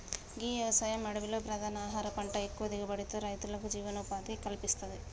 గీ వ్యవసాయం అడవిలో ప్రధాన ఆహార పంట ఎక్కువ దిగుబడితో రైతులకు జీవనోపాధిని కల్పిత్తది